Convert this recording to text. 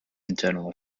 internal